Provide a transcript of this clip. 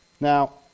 Now